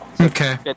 Okay